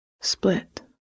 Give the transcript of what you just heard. split